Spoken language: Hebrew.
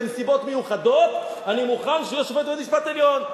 בנסיבות מיוחדות אני מוכן שישב בבית-משפט עליון.